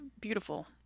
beautiful